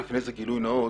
רק לפני זה גילוי נאות,